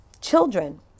children